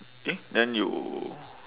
eh then you